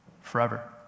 Forever